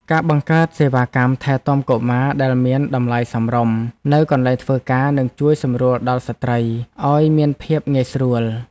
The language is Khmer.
ការបង្កើតសេវាកម្មថែទាំកុមារដែលមានតម្លៃសមរម្យនៅកន្លែងធ្វើការនឹងជួយសម្រួលដល់ស្ត្រីឱ្យមានភាពងាយស្រួល។